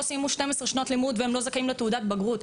סיימו 12 שנות לימוד ואינם זכאים לתעודת בגרות,